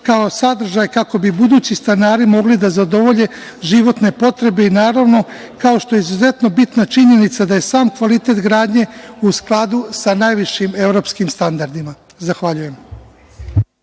kao sadržaj, kako bi budući stanari mogli da zadovolje životne potrebe i naravno, kao što je izuzetno bitna činjenica da je sam kvalitet gradnje u skladu sa najvišim evropskim standardima. Hvala.